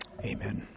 Amen